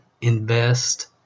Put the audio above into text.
invest